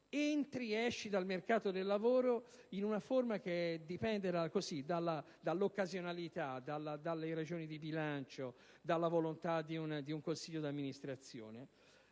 entri ed esci dal mercato del lavoro in una forma che dipende dall'occasionalità, dalle ragioni di bilancio, dalla volontà di un consiglio d'amministrazione.